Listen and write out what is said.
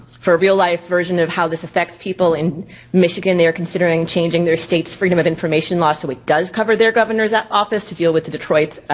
for a real life version of how this effects people in michigan, they're considering changing their state's freedom of information law so it does cover their governor's ah office to deal with the detroit,